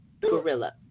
Gorilla